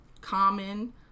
Common